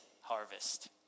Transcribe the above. harvest